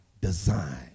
design